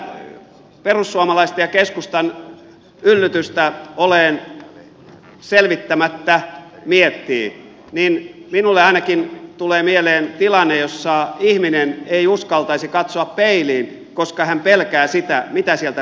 kun tätä perussuomalaisten ja keskustan yllytystä selvittämättä miettii niin minulle ainakin tulee mieleen tilanne jossa ihminen ei uskaltaisi katsoa peiliin koska hän pelkää sitä mitä sieltä peilistä näkyy